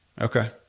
Okay